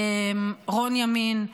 רון ימין,